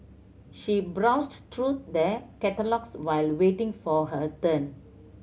she browsed through the catalogues while waiting for her turn